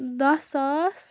دَہ ساس